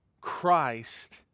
Christ